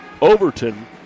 Overton